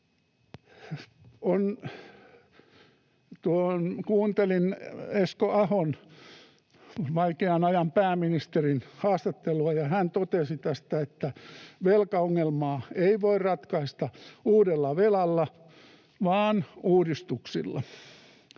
Kuuntelin Esko Ahon, vaikean ajan pääministerin, haastattelua. Hän totesi, että velkaongelmaa ei voi ratkaista uudella velalla vaan uudistuksilla.